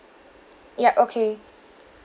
ya okay